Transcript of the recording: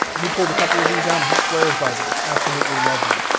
he pulled a couple of these out and he swears by these, absolutely loves them,